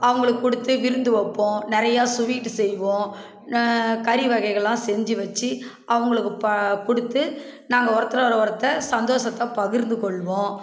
அவங்களுக்கு கொடுத்து விருந்து வைப்போம் நிறையா சுவீட்டு செய்வோம் கறி வகைகளெலாம் செஞ்சு வச்சு அவங்களுக்கு ப கொடுத்து நாங்கள் ஒருத்தரோடய ஒருத்தர் சந்தோஷத்த பகிர்ந்துக்கொள்வோம்